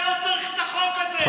אתה לא צריך את החוק הזה.